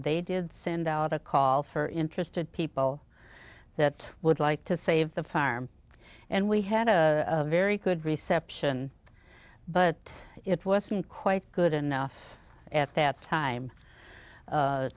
they did send out a call for interested people that would like to save the farm and we had a very good reception but it wasn't quite good enough at that time